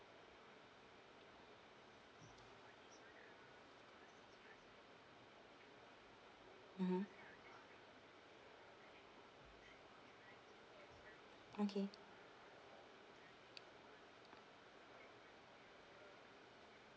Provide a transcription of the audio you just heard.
mmhmm okay